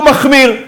הוא מחמיר.